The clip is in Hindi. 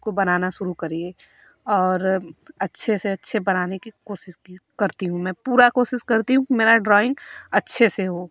उसको बनाना शुरू करिए और अच्छे से अच्छे बनाने की कोशिश की करती हूँ मैं पूरा कोशिश करती हूँ मेरा ड्रॉइंग अच्छे से हो